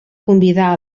convidar